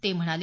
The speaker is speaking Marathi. ते म्हणाले